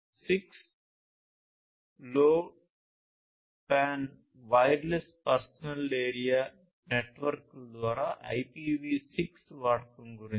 6LoWPAN wireless personal area నెట్వర్క్ల ద్వారా IPv6 వాడకం గురించి